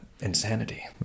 insanity